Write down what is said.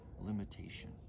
limitation